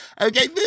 Okay